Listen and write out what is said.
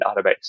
database